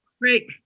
Great